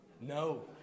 no